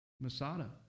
Masada